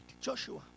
Joshua